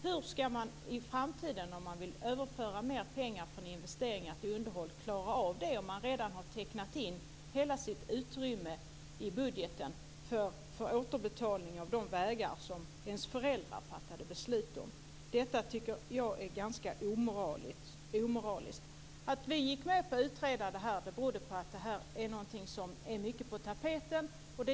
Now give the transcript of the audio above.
Hur ska man klara av att överföra mer pengar från investeringar till underhåll i framtiden - om man skulle vilja det - om man redan har tecknat in hela sitt utrymme i budgeten för återbetalning av de vägar som ens föräldrar har fattat beslut om? Detta tycker jag är ganska omoraliskt. Vi gick med på att utreda det här eftersom det är på tapeten.